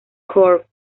corp